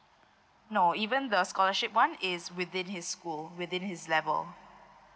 no even the scholarship one is within his school within his level